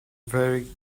very